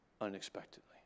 unexpectedly